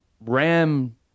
ram